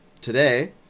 today